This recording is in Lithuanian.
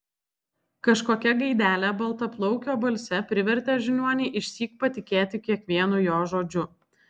kažkokia gaidelė baltaplaukio balse privertė žiniuonį išsyk patikėti kiekvienu jo žodžiu